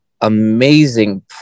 amazing